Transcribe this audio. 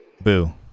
Boo